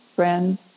friends